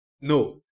No